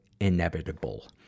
inevitable